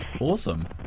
Awesome